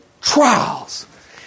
trials